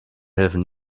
helfen